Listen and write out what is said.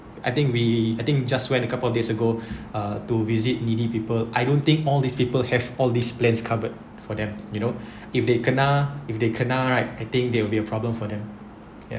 I think we I think just went a couple days ago uh to visit needy people I don't think all these people have all these plans covered for them you know if they kena kena right I think they will be a problem for them